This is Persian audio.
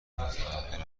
متاهل